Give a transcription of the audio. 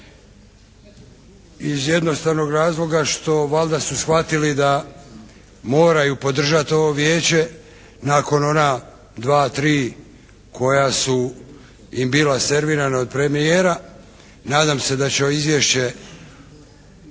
iz jednostavnog razloga što valjda su shvatili da moraju podržati ovo vijeće nakon ona dva, tri koja su im bila servirana od premijera, nadam se da će izvješće